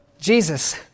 Jesus